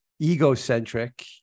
egocentric